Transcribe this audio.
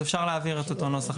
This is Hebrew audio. אז אפשר להעביר את אותו נוסח,